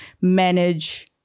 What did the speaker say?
manage